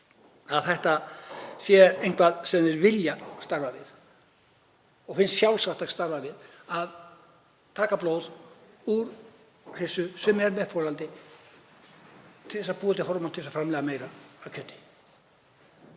að þetta sé eitthvað sem þeir vilja starfa við og finnst sjálfsagt að starfa við; að taka blóð úr hryssu sem er með folaldi til að búa til hormón til að framleiða meira af kjöti.